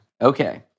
Okay